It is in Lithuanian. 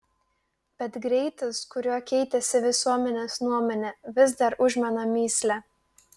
bet greitis kuriuo keitėsi visuomenės nuomonė vis dar užmena mįslę